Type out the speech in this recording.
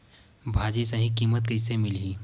भाजी सही कीमत कइसे मिलही?